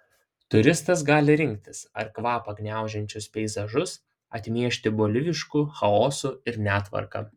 turistas gali rinktis ar kvapą gniaužiančius peizažus atmiešti bolivišku chaosu ir netvarka